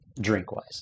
drink-wise